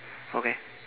okay